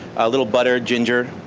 a little butter, ginger,